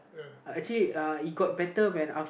actually uh it got better when